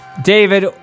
David